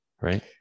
right